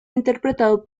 interpretado